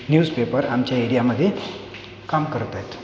newspaper आमच्या एरियामध्ये काम करत आहेत